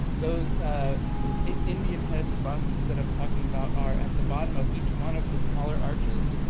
those indian head busts that i'm talking about are at the bottom of each one of the smaller arches,